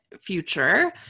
future